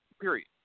Period